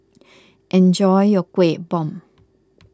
enjoy your Kueh Bom